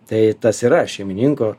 tai tas yra šeimininko